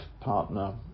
partner